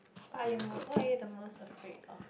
what are you most what are you the most afraid of